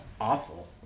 awful